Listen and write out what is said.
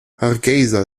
hargeysa